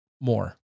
more